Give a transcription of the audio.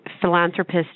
philanthropist